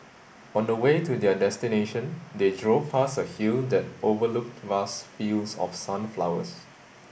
on the way to their destination they drove past a hill that overlooked vast fields of sunflowers